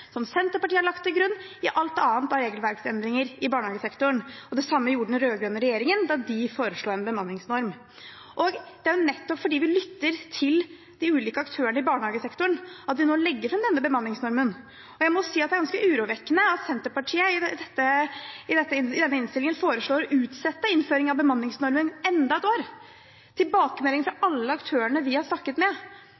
som Senterpartiet har lagt til grunn i alt annet av regelverksendringer i barnehagesektoren. Og det samme gjorde den rød-grønne regjeringen da de foreslo en bemanningsnorm. Det er nettopp fordi vi lytter til de ulike aktørene i barnehagesektoren at vi nå legger fram denne bemanningsnormen, og jeg må si at det er ganske urovekkende at Senterpartiet i denne innstillingen foreslår å utsette innføring av bemanningsnormen enda et år. Tilbakemeldingen fra